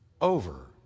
over